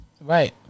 Right